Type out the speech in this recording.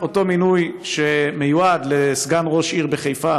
אותו מינוי מיועד של סגן ראש עיר בחיפה